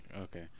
Okay